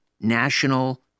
national